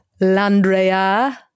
Landrea